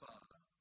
Father